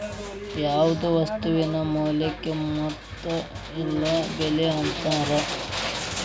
ಯಾವ್ದ್ ವಸ್ತುವಿನ ಮೌಲ್ಯಕ್ಕ ಮೊತ್ತ ಇಲ್ಲ ಬೆಲೆ ಅಂತಾರ